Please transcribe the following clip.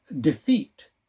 defeat